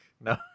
No